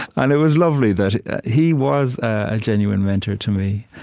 and it was lovely that he was a genuine mentor to me